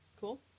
Cool